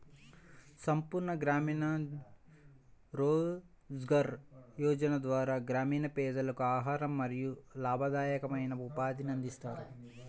సంపూర్ణ గ్రామీణ రోజ్గార్ యోజన ద్వారా గ్రామీణ పేదలకు ఆహారం మరియు లాభదాయకమైన ఉపాధిని అందిస్తారు